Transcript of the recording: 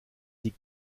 die